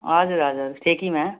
हजुर हजुर ठेकीमा